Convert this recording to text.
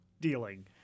dealing